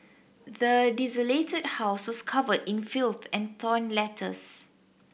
the desolated house was covered in filth and torn letters